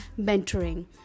mentoring